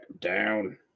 down